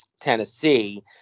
Tennessee